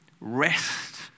rest